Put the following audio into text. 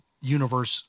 universe